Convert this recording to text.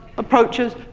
approaches,